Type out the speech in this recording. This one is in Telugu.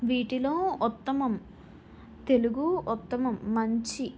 వీటిలో ఉత్తమం తెలుగు ఉత్తమం మంచి